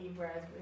whereas